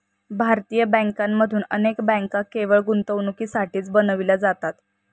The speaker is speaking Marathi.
भारतीय बँकांमधून अनेक बँका केवळ गुंतवणुकीसाठीच बनविल्या जातात